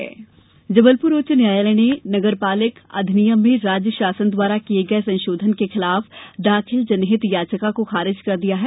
महापौर चुनाव अदालत जबलपुर उच्च न्यायालय ने नगरपालिक अधिनियम में राज्य शासन द्वारा किये गये संशोधन के खिलाफ दार्खिल जनहित याचिका को खारिज कर दिया है